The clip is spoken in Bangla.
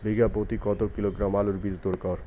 বিঘা প্রতি কত কিলোগ্রাম আলুর বীজ দরকার?